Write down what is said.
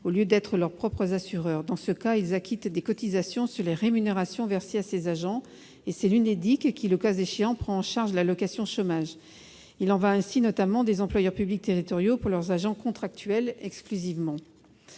au lieu d'être leurs propres assureurs. Dans ce cas, ils acquittent des cotisations sur les rémunérations versées à ces agents, et c'est l'Unédic qui, le cas échéant, prend en charge l'allocation chômage. Il en va notamment ainsi des employeurs publics territoriaux exclusivement pour leurs agents contractuels. Par l'amendement